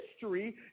history